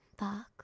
back